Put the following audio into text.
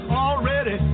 already